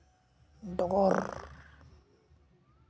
ᱰᱚᱜᱚᱨ